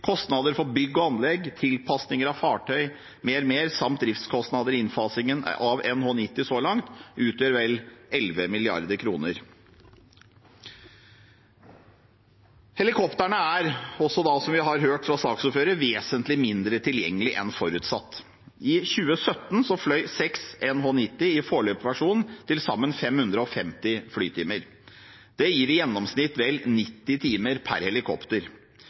kostnader for bygg og anlegg, tilpasninger av fartøy med mer, samt driftskostnader i innfasingen av NH90 så langt, utgjør vel 11 mrd. kr. Helikoptrene er, som vi også har hørt fra saksordføreren, vesentlig mindre tilgjengelig enn forutsatt. I 2017 fløy seks NH90 i foreløpig versjon til sammen 550 flytimer. Det gir i gjennomsnitt vel 90 timer per helikopter.